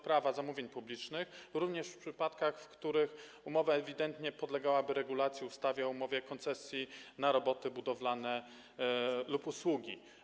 Prawa zamówień publicznych również w przypadkach, w których umowa ewidentnie podlegałaby regulacjom ustawy o umowie koncesji na roboty budowlane lub usługi.